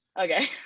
Okay